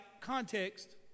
context